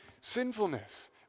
sinfulness